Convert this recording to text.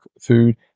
food